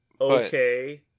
okay